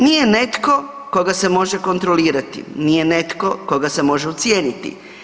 Nije netko koga se može kontrolirati, nije netko koga se može ucijeniti.